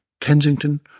Kensington